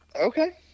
Okay